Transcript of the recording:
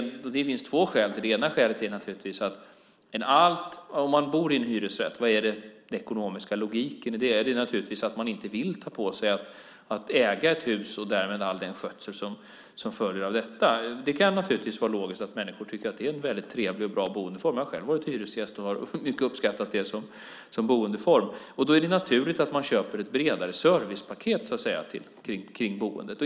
Det finns två skäl. Om man bor i en hyresrätt är logiken i det att man inte vill ta på sig att äga ett hus och därmed all den skötsel som följer av detta. Det kan vara logiskt att människor tycker att det är en trevlig och bra boendeform. Jag har själv varit hyresgäst och har mycket uppskattat det som boendeform. Det är naturligt att man köper ett bredare servicepaket till boendet.